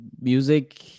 music